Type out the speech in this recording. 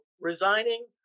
resigning